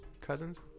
cousins